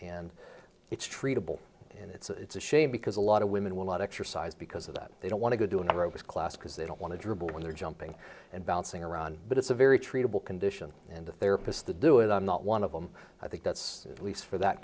and it's treatable and it's a shame because a lot of women will not exercise because of that they don't want to go to another always class because they don't want to dribble when they're jumping and bouncing around but it's a very treatable condition and the therapist the do it i'm not one of them i think that's at least for that